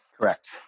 Correct